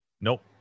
Nope